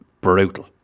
brutal